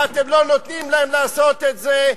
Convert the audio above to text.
ואתם לא נותנים להם לעשות את זה,